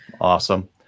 Awesome